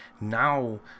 now